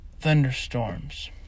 thunderstorms